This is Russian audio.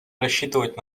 рассчитывать